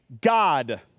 God